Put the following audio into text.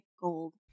gold